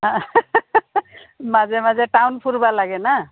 মাজে মাজে টাউন ফূৰিব লাগে না